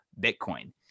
Bitcoin